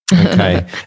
Okay